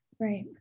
Right